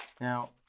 Now